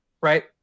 right